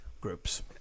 groups